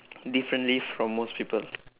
differently from most people